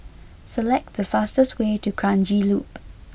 select the fastest way to Kranji Loop